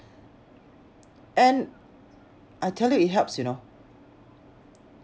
and I tell you it helps you know